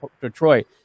Detroit